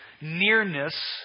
nearness